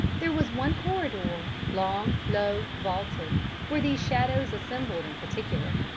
there was one corridor long, low, vaulted where these shadows assembled in particular.